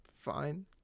fine